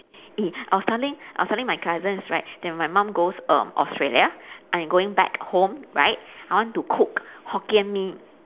eh I was telling I was telling my cousins right that when my mum goes err australia I'm going back home right I want to cook hokkien-mee